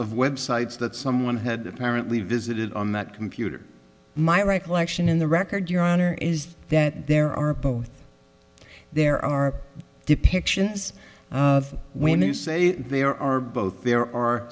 of websites that someone had apparently visited on that computer my recollection in the record your honor is that there are both there are depictions of women who say they are both there